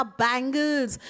bangles